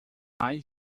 mais